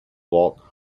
walk